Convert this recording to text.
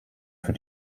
für